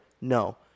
No